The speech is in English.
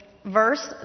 Verse